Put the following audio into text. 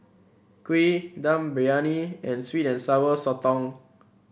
kuih Dum Briyani and sweet and Sour Sotong